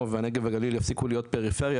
והנגב והגליל יפסיקו להיות פריפריה,